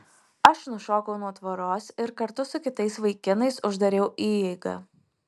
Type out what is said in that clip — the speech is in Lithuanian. aš nušokau nuo tvoros ir kartu su kitais vaikinais uždariau įeigą